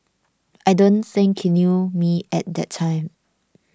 I don't think he knew me at that time